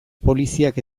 poliziak